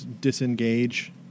disengage